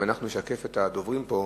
אם נשקף את הדוברים פה,